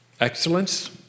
Excellence